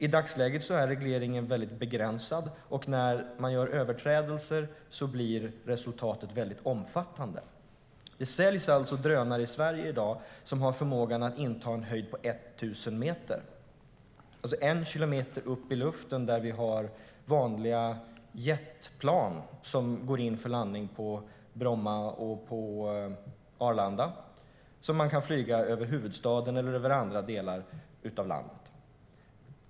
I dagsläget är regleringen väldigt begränsad, och när man gör överträdelser blir resultatet väldigt omfattande. Det säljs alltså drönare i Sverige i dag som har förmågan att inta en höjd på 1 000 meter, alltså 1 kilometer upp i luften, där vi har vanliga jetplan som går in för landning på Bromma och på Arlanda. Sådana drönare kan man flyga över huvudstaden eller över andra delar av landet.